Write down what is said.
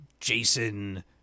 Jason